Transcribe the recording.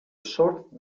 short